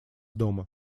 дома